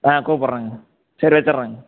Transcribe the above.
ஆ கூப்டுறேங்க சரி வச்சுறேங்க